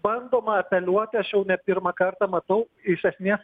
bandoma apeliuoti aš jau ne pirmą kartą matau iš esmės